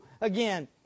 again